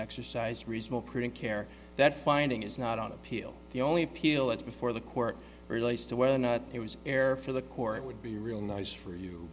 exercised reasonable critic care that finding is not on appeal the only pill that before the court relates to whether or not it was error for the court would be real nice for you